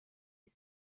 his